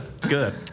Good